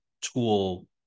tool